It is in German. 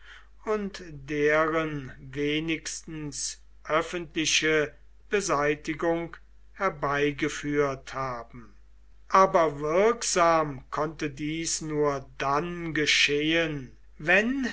und deren wenigstens öffentliche beseitigung herbeigeführt haben aber wirksam konnte dies nur dann geschehen wenn